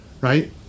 right